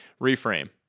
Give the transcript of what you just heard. Reframe